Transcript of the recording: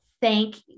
thank